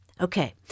Okay